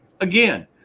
again